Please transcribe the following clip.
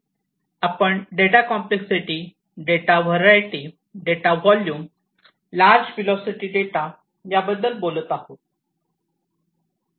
आपण data complexity data variety data volume large velocity data बद्दल बोलत आहोत